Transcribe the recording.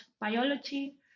biology